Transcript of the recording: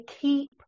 keep